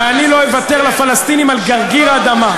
ואני לא אוותר לפלסטינים על גרגר אדמה.